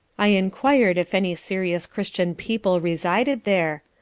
i enquir'd if any serious christian people resided there,